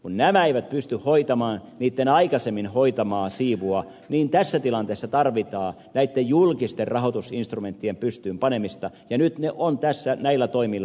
kun nämä eivät pysty hoitamaan niitten aikaisemmin hoitamaa siivua niin tässä tilanteessa tarvitaan näitten julkisten rahoitusinstrumenttien pystyyn panemista ja nyt ne on tässä näillä toimilla laitettu